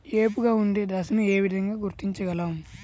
ఏపుగా ఉండే దశను ఏ విధంగా గుర్తించగలం?